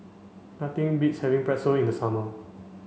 nothing beats having Pretzel in the summer